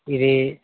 ఇదీ